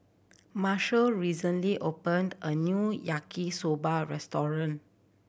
Marshall recently opened a new Yaki Soba restaurant